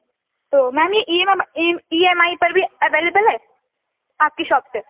تو میم یہ E M I پر بھی اویلیبل ہے آپ کی شاپ پہ